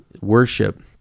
Worship